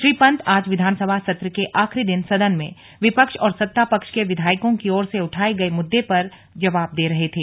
श्री पंत आज विधानसभा सत्र के आखिरी दिन सदन मे विपक्ष और सत्तापक्ष के विधायकों की ओर से उठाए गए मुद्दे पर जवाब दे रहे थे